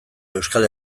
euskal